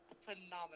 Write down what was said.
phenomenal